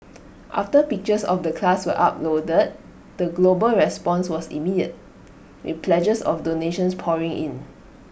after pictures of the class were uploaded the global response was immediate with pledges of donations pouring in